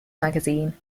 magazine